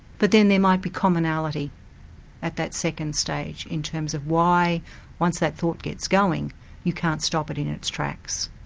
but then there might be commonality at that second stage in terms of why once that thought gets going you can't stop it in its tracks.